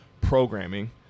programming